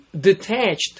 detached